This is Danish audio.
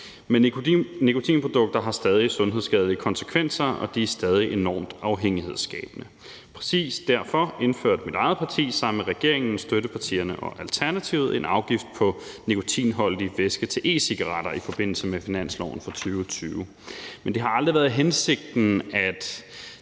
Men nikotinprodukter har stadig sundhedsskadelige konsekvenser, og de er stadig enormt afhængighedsskabende. Præcis derfor indførte mit eget parti sammen med regeringen, støttepartierne og Alternativet en afgift på nikotinholdig væske til e-cigaretter i forbindelse med finansloven for 2020. Men det har aldrig været hensigten, at